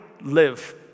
live